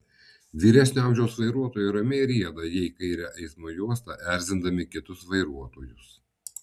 vyresnio amžiaus vairuotojai ramiai rieda jei kaire eismo juosta erzindami kitus vairuotojus